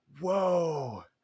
whoa